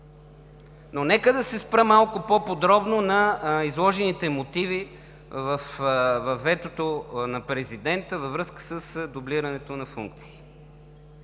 Нека да се спра малко по-подробно на изложените мотиви във ветото на президента във връзка с дублирането на функции.